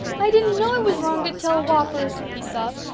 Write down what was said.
i didn't know it was wrong to tell whoppers, he sobbed.